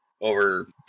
over